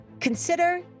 consider